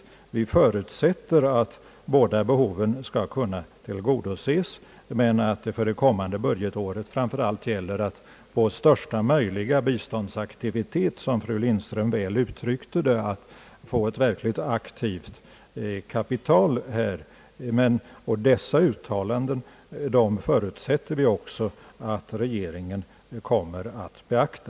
Vi förutsätter att båda behoven skall kunna tillgodoses, men att det för det kommande budgetåret framför allt gäller att få största möjliga biståndsaktivitet, som fru Lindström så väl uttryckte det; att här få ett verkligt aktivt kapital. Dessa uttalanden förutsätter vi också att regeringen kommer att beakta.